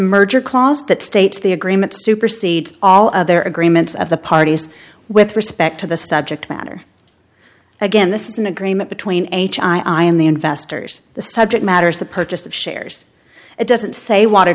merger clause that states the agreement supersedes all other agreements of the parties with respect to the subject matter again this is an agreement between h i and the investors the subject matter is the purchase of shares it doesn't say water